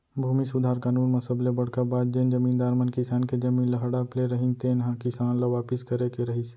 भूमि सुधार कानून म सबले बड़का बात जेन जमींदार मन किसान के जमीन ल हड़प ले रहिन तेन ह किसान ल वापिस करे के रहिस